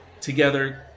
together